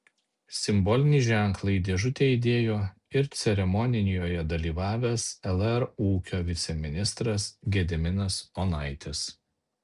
simbolinį ženklą į dėžutę įdėjo ir ceremonijoje dalyvavęs lr ūkio viceministras gediminas onaitis